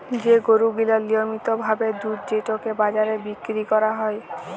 যে গরু গিলা লিয়মিত ভাবে দুধ যেটকে বাজারে বিক্কিরি ক্যরা হ্যয়